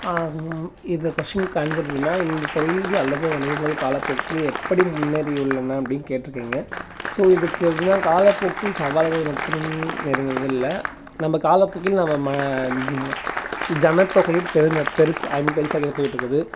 இந்த கொஸ்டினுக்கு ஆன்சர் வேணா இந்த தொழில் அல்லது வணிகங்கள் காலப்போக்கில் எப்படி முன்னேறி உள்ளன அப்படினு கேட்டுருக்கீங்க ஸோ இதுக்கு எப்படினா காலப்போக்கில் சவால்கள் மற்றும் இருந்ததில்லை நம்ப காலப்போக்கில் நம்ம ம ஜனத்தொகையும் பெருந் பெருஸ் ஐ மீன் பெருசாகி தான் போயிட்டுருக்குது